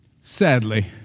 sadly